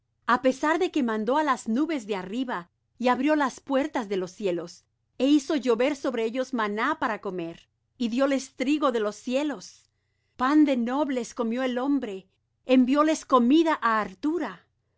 a pesar de que mandó á las nubes de arriba y abrió las puertas de los cielos e hizo llover sobre ellos maná para comer y dióles trigo de los cielos pan de nobles comió el hombre envióles comida